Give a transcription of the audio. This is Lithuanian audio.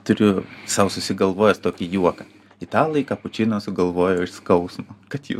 turiu sau susigalvojęs tokį juoką italai kapučino sugalvojo iš skausmo kad jų